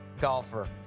golfer